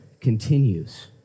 continues